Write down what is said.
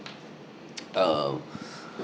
um